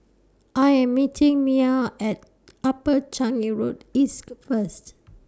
I Am meeting Mia At Upper Changi Road East First